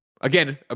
Again